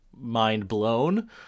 mind-blown